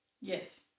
Yes